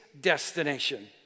destination